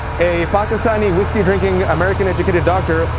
a pakistani whiskey-drinking american-educated doctor,